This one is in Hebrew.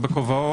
זה בכובעו האחר.